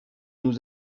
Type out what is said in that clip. nous